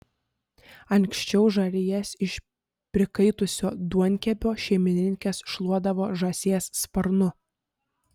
anksčiau žarijas iš prikaitusio duonkepio šeimininkės šluodavo žąsies sparnu